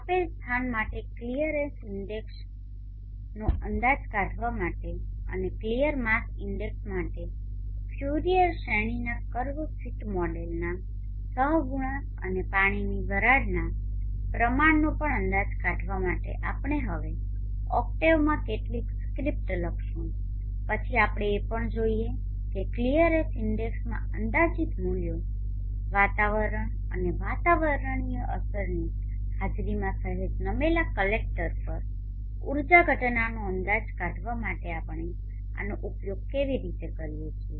આપેલ સ્થાન માટે ક્લિયરનેસ ઇન્ડેક્સclearness indexસ્પષ્ટતા સૂચકાંકનો અંદાજ કાઢવા માટે અને ક્લિયર માસ ઇન્ડેક્સ માટે ફ્યુરિયર શ્રેણીના કર્વ ફીટ મોડેલના સહગુણાંક અને પાણીની વરાળના પ્રમાણનો પણ અંદાજ કાઢવા માટે આપણે હવે ઓક્ટેવમાં કેટલીક સ્ક્રિપ્ટો લખીશું પછી આપણે એ પણ જોઈએ કે ક્લિયરનેસ ઇન્ડેક્સના અંદાજિત મૂલ્યો વાતાવરણ અને વાતાવરણીય અસરની હાજરીમાં સહેજ નમેલા કલેકટર પર ઊર્જા ઘટનાનો અંદાજ કાઢવા માટે આપણે આનો ઉપયોગ કેવી રીતે કરીએ છીએ